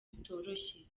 bitoroshye